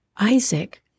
Isaac